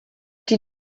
die